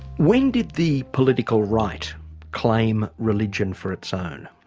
when did the political right claim religion for its own?